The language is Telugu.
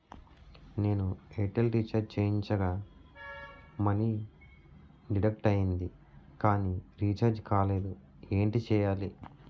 నేను ఎయిర్ టెల్ రీఛార్జ్ చేయించగా మనీ డిడక్ట్ అయ్యింది కానీ రీఛార్జ్ కాలేదు ఏంటి చేయాలి?